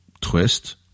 twist